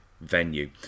venue